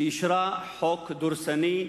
שאישרה חוק דורסני,